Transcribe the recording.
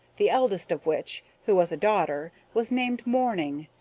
the eldest of which, who was a daughter, was named morning,